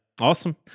Awesome